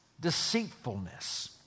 deceitfulness